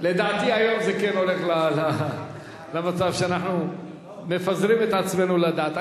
לדעתנו היום זה כן הולך למצב שאנחנו מפזרים את עצמנו לדעת.